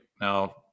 Now